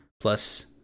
Plus